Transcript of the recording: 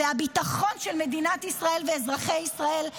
והביטחון של מדינת ישראל ואזרחי ישראל,